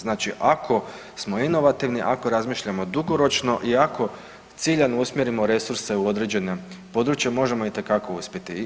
Znači ako smo inovativni, ako razmišljamo dugoročno i ako ciljano usmjerimo resurse u određene područja možemo itekako uspjeti.